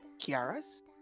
Kiara's